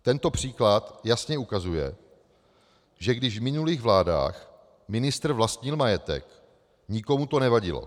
Tento příklad jasně ukazuje, že když v minulých vládách ministr vlastnil majetek, nikomu to nevadilo.